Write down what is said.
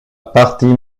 partie